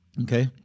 Okay